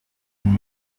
and